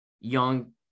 young